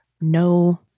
No